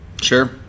Sure